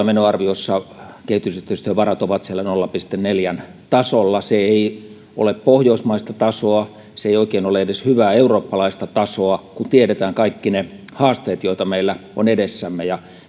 menoarviossa kehitysyhteistyövarat ovat siellä nolla pilkku neljän tasolla se ei ole pohjoismaista tasoa se ei oikein ole edes hyvää eurooppalaista tasoa kun tiedetään kaikki ne haasteet joita meillä on edessämme ja